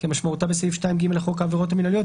כמשמעותה בסעיף 2(ג) לחוק העבירות המינהליות,